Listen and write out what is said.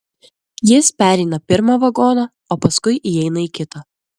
jis pereina pirmą vagoną o paskui įeina į kitą